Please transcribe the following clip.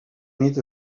nit